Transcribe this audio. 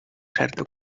certa